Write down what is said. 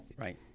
Right